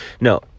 No